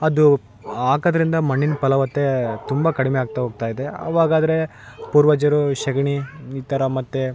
ಅದು ಹಾಕದ್ರಿಂದ ಮಣ್ಣಿನ ಫಲವತ್ತತ್ತೆ ತುಂಬ ಕಡಿಮೆ ಆಗ್ತಾ ಹೋಗ್ತಾಯಿದೆ ಅವಾಗಾದರೆ ಪುರ್ವಜರು ಸಗಣಿ ಈ ಥರ ಮತ್ತು